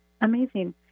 amazing